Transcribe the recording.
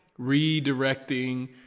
redirecting